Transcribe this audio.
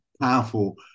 powerful